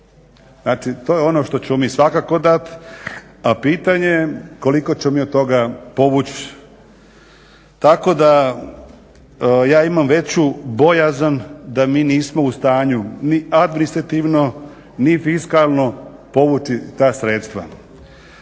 Znači, to je ono što ćemo mi svakako dati, a pitanje je koliko ćemo mi od toga povući. Tako da ja imam veću bojazan da mi nismo u stanju ni administrativno ni fiskalno povući ta sredstva.